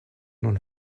nun